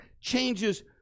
changes